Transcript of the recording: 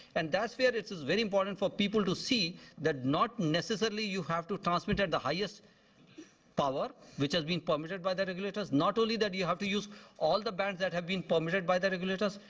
and that's where it is very important for people to see that not necessarily you have to transmit at the highest power which has been permitted by the regulators, not only that you have to use all the bands that have permitted by the regulators.